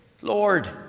Lord